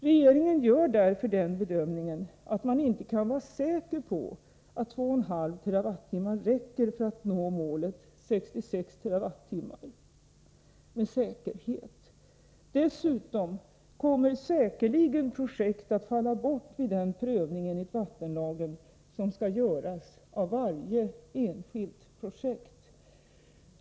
Regeringen gör därför den bedömningen att man inte kan vara säker på att 2,5 TWh räcker till för att med säkerhet nå målet 66 TWh. Dessutom kommer säkerligen projekt att falla bort vid den prövning enligt vattenlagen som skall göras av varje enskilt projekt.